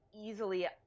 easily